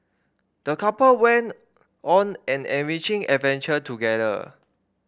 the couple went on an enriching adventure together